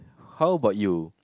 how about you